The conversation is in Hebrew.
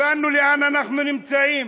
הבנו היכן אנחנו נמצאים.